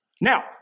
Now